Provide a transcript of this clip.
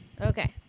Okay